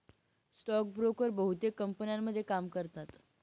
stock broker बहुतेक कंपन्यांमध्ये काम करतात